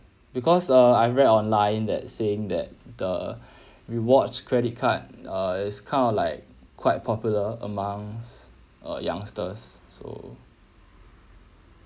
because uh I read online that saying that the rewards credit card uh is kind of like quite popular amongst uh youngsters so